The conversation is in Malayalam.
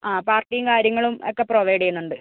ആ പാർട്ടിയും കാര്യങ്ങളും ഒക്കെ പ്രൊവൈഡ് ചെയ്യുന്നുണ്ട്